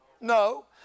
No